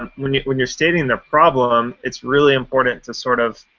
when when you're stating the problem, it's really important to sort of